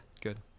Good